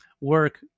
work